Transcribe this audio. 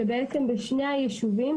שבעצם בשני הישובים,